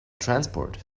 transport